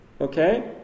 okay